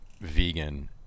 vegan